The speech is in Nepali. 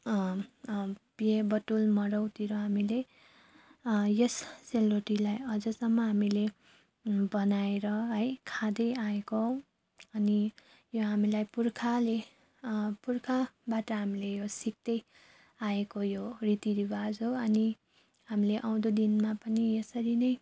बिहाबटुल मरौतिर हामीले यस सेलरोटीलाई अझैसम्म हामीले बनाएर है खाँदैआएको अनि यो हामीलाई पुर्खाले पुर्खाबाट हामीले यो सिक्दै आएको यो रीतिरिवाज हो अनि हामीले आउँदो दिनमा पनि यसरी नै